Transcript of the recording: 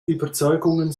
überzeugungen